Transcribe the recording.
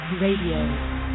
Radio